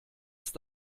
ist